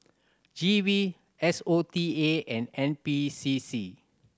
G V S O T A and N P C C